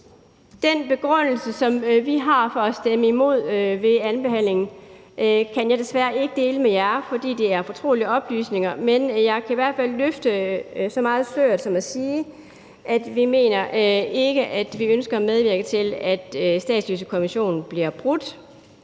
Vores begrundelse for at stemme imod kan jeg desværre ikke dele med jer, fordi det er fortrolige oplysninger, men jeg kan løfte lidt af sløret ved at sige, at vi ikke ønsker at medvirke til, at statsløsekonventionen bliver brudt.